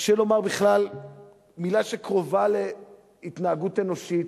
קשה לומר בכלל מלה שקרובה להתנהגות אנושית.